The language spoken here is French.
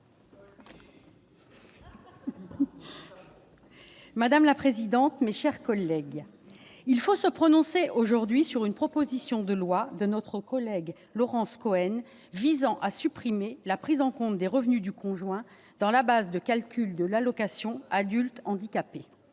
madame la secrétaire d'État, mes chers collègues, il nous faut nous prononcer aujourd'hui sur une proposition de loi de notre collègue Laurence Cohen, qui vise à supprimer la prise en compte des revenus du conjoint dans la base de calcul de l'allocation aux adultes handicapés,